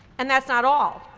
and that's not all.